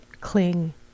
cling